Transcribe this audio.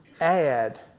add